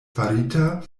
farita